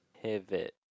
Pivot